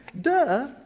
Duh